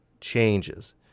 changes